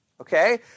Okay